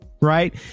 right